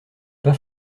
pas